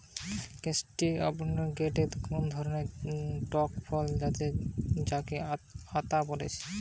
custard apple গটে ধরণের টক ফল যাতে যাকে আতা বলতিছে